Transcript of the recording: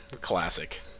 Classic